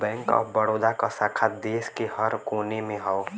bank of Baroda क शाखा देश के हर कोने में हौ